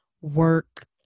work